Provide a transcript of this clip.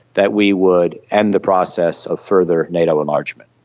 that we would end the process of further nato enlargement.